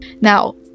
Now